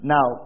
Now